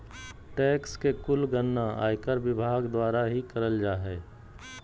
tax के कुल गणना आयकर विभाग द्वारा ही करल जा हय